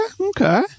Okay